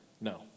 No